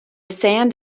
sand